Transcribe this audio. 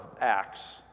Acts